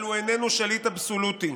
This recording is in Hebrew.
אבל הוא איננו שליט אבסולוטי.